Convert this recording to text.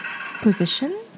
position